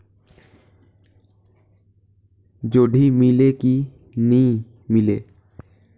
जोणी मीले कि नी मिले?